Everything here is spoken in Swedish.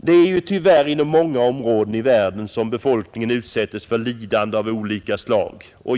Det är tyvärr inom många områden i världen som befolkningen utsätts för lidanden av olika slag.